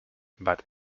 but